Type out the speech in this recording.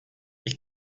ich